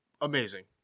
Amazing